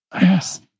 yes